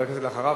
אחריו,